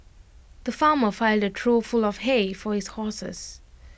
the farmer filled A trough full of hay for his horses